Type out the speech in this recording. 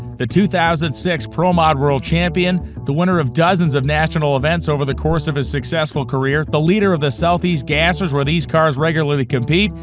the two thousand and six pro mod world champion, the winner of dozens of national events over the course of his successful career, the leader of the southeast gassers, where these cars regularly compete,